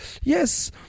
yes